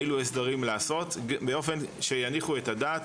אילו הסדרים לעשות באופן שיניחו את הדעת